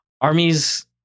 armies